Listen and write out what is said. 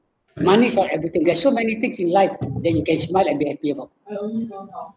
money is not everything there's so many things in life that you can smile and be happy about